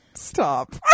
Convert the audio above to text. stop